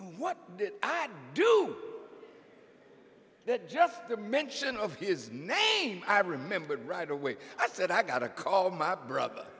what did i do that just the mention of his name i remembered right away i said i got a call of my brother